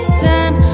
time